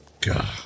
God